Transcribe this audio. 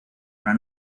una